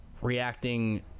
reacting